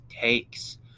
Takes